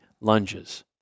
lunges